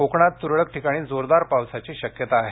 कोकणात त्रळक ठिकाणी जोरदार पावसाची शक्यता आहे